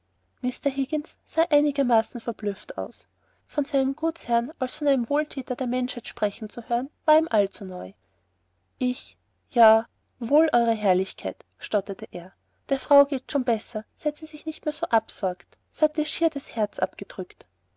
sah einigermaßen verblüfft aus von seinem gutsherrn als von einem wohlthäter der menschheit sprechen zu hören war ihm allzu neu ich ja wohl euer herrlichkeit stotterte er der frau geht's schon besser seit sie sich nicht mehr so absorgt s hat ihr schier das herz abgedrückt